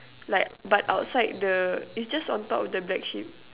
like but outside the is just on top of the black sheep